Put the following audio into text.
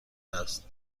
است